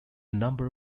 number